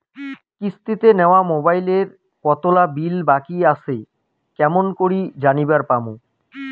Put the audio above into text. কিস্তিতে নেওয়া মোবাইলের কতোলা বিল বাকি আসে কেমন করি জানিবার পামু?